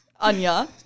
Anya